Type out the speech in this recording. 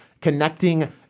connecting